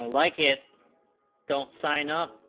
um like it don't sign up